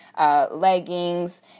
leggings